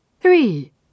Three